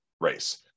race